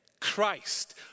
Christ